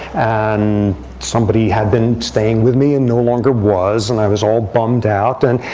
and somebody had been staying with me, and no longer was. and i was all bummed out. and,